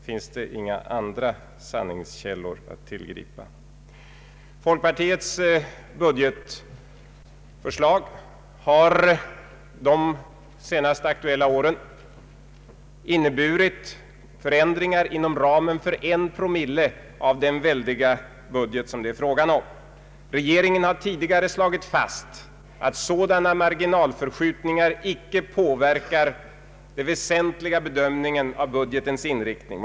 Finns det inga andra sanningskällor att tillgripa? Folkpartiets budgetförslag har de senaste aktuella åren inneburit förändringar inom ramen för en promille av den väldiga budget som det är fråga om. Regeringen har tidigare slagit fast att sådana marginalförskjutningar icke påverkar den väsentliga bedömningen av budgetens inriktning.